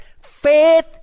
Faith